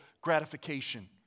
gratification